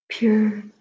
pure